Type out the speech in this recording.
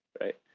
right